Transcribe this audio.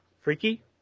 Freaky